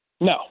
No